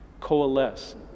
coalesce